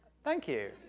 thank you.